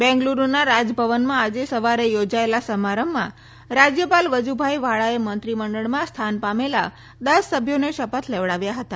બેંગલુરૂના રાજભવનમાં આજે સવારે યોજા યેલા સમારંભમાં રાજ્યપાલ વજુભાઈ વાળાએ મંત્રીમંડળમાં સ્થાન પામેલા દસ સભ્યોને શપથ લેવડાવ્યા હતા